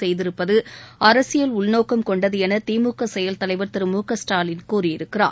செய்திருப்பது அரசியல் உள்நோக்கம் கொண்டது என திமுக செயல் தலைவர் திரு மு க ஸ்டாலின் கூறியிருக்கிறார்